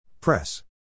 Press